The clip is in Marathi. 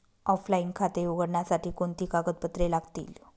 ऑफलाइन खाते उघडण्यासाठी कोणती कागदपत्रे लागतील?